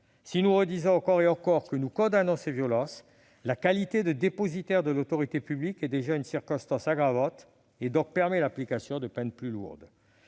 Si nous condamnons encore et toujours ces violences, la qualité de « dépositaire de l'autorité publique » est déjà une circonstance aggravante qui permet l'application de peines plus lourdes.